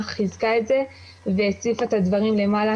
וחיזקה את זה והציפה את הדברים למעלה,